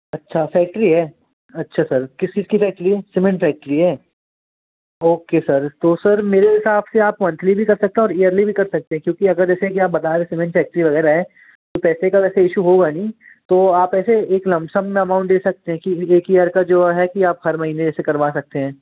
अच्छा फैक्ट्री है अच्छा सर किस चीज़ की फैक्ट्री है सीमेन्ट फैक्ट्री है ओके सर तो सर मेरे हिसाब से आप मंथली भी कर सकते हैं और ईयरली भी कर सकते हैं क्योंकि अगर जैसे कि आप बतारे हैं सीमेंट फैक्ट्री वग़ैरह है सर वैसे तो वैसे इशू होगा नहीं तो आप जैसे एक लम सम में अमाउन्ट दे सकते हैं कि एक ईयर का जो है कि आप हर महीने ऐसे करवा सकते हैं